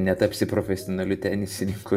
netapsi profesionaliu tenisininku